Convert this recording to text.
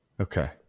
okay